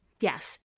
yes